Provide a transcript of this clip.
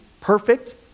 perfect